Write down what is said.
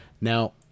Now